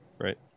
Right